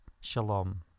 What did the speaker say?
Shalom